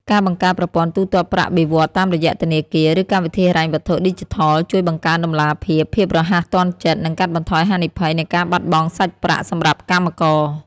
ការបង្កើតប្រព័ន្ធទូទាត់ប្រាក់បៀវត្សតាមរយៈធនាគារ ឬកម្មវិធីហិរញ្ញវត្ថុឌីជីថល ជួយបង្កើនតម្លាភាព ភាពរហ័សទាន់ចិត្ត និងកាត់បន្ថយហានិភ័យនៃការបាត់បង់សាច់ប្រាក់សម្រាប់កម្មករ។